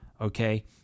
okay